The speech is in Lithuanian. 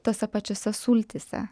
tose pačiose sultyse